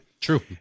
True